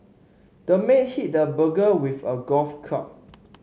the man hit the burglar with a golf club